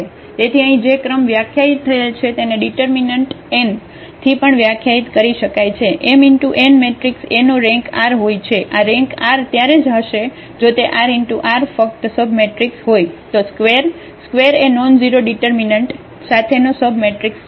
તેથી અહીં જે ક્રમ વ્યાખ્યાયિત થયેલ છે તેને ડિટર્મિનન્ટ n થી પણ વ્યાખ્યાયિત કરી શકાય છે m × n મેટ્રિક્સ A નો રેન્ક r હોય છે આ રેન્ક r ત્યારે જ હશે જો તે r × r ફક્ત સબમેટ્રિક્સ હોય તો સ્કવેર સ્કવેર એ નોનઝીરો ડિટર્મિનન્ટ સાથેનો સબમટ્રિક્સ છે